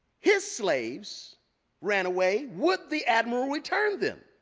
his slaves ran away, would the admiral return them?